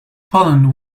poland